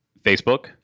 Facebook